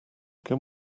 can